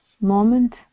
moment